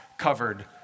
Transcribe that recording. covered